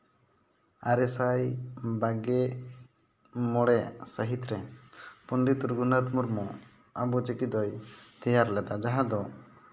ᱟᱨᱮ ᱥᱟᱭ ᱵᱟᱜᱮ ᱢᱚᱬᱮ ᱥᱟᱹᱦᱤᱛ ᱨᱮ ᱯᱚᱱᱰᱤᱛ ᱨᱟᱹᱜᱷᱩᱱᱟᱛᱷ ᱢᱩᱨᱢᱩ ᱟᱵᱚ ᱪᱤᱠᱤ ᱫᱚᱭ ᱛᱮᱭᱟᱨ ᱞᱮᱫᱟ ᱡᱟᱦᱟᱸ ᱫᱚ